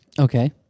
Okay